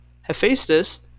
Hephaestus